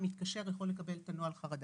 יכולים לקבל את נוהל חרדה.